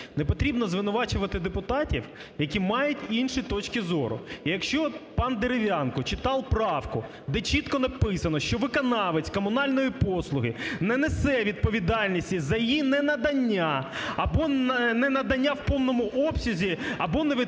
Не потрібно звинувачувати депутатів , які мають інші точки зору. І якщо пан Дерев'янко читав правку, де чітко написано, що виконавець комунальної послуги не несе відповідальності за її ненадання або ненадання в повному обсязі або невідповідної